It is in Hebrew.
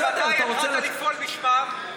מתי התחלת לפועל בשמם?